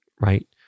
right